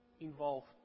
involved